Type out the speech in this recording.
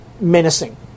menacing